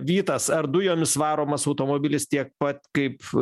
vytas ar dujomis varomas automobilis tiek pat kaip